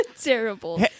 Terrible